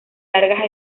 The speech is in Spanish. largas